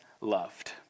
loved